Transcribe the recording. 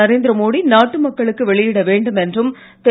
நரேந்திரமோடி நாட்டு மக்களுக்கு வெளியிட வேண்டும் என்றும் திரு